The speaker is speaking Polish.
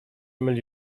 myli